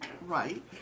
Right